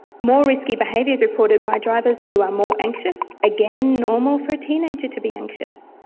more risky behaviours reported by drivers who are more anxious, again normal for a teenager to be anxious.